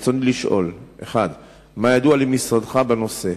רצוני לשאול: 1. מה ידוע למשרדך בנושא?